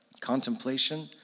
contemplation